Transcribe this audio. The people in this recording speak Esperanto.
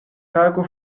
tago